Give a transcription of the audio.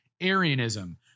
Arianism